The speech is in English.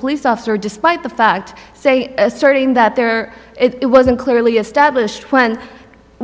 police officer despite the fact say asserting that there it wasn't clearly established when